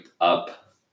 up